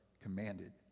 commanded